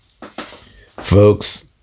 Folks